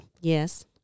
Yes